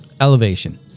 elevation